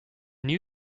new